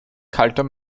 kalter